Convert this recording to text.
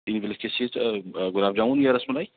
گلاب جامن یا رس ملائی